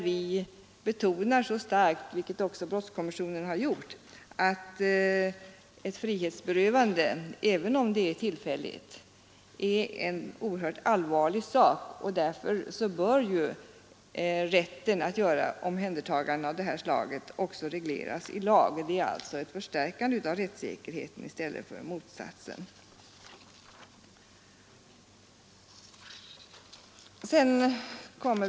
Vi betonar mycket starkt — vilket också brottskommissionen har gjort — att ett frihetsberövande även om det är tillfälligt är en oerhört allvarlig sak och att rätten att göra omhändertaganden av detta slag därför också bör regleras i lag. Det blir alltså ett förstärkande av rättssäkerheten i stället för motsatsen.